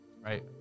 right